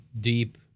deep